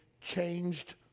changed